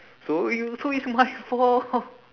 so you so it's my fault